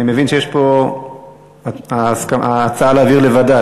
אני מבין שיש פה הצעה להעביר לוועדה,